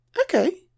okay